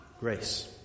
grace